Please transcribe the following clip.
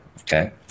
okay